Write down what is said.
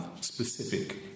specific